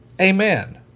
Amen